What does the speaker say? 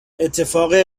اتفاق